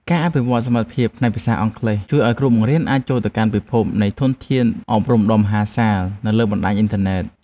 ការអភិវឌ្ឍសមត្ថភាពផ្នែកភាសាអង់គ្លេសជួយឱ្យគ្រូបង្រៀនអាចចូលទៅកាន់ពិភពនៃធនធានអប់រំដ៏មហាសាល នៅលើបណ្តាញអ៊ីនធឺណិត។